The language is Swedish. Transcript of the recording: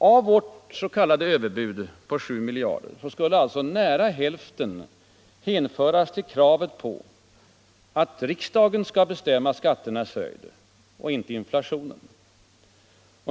Av vårt s.k. överbud på 7 miljarder skulle alltså nära hälften hänföras till kravet på att riksdagen skall bestämma skatternas höjd och inte inflationen.